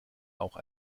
auch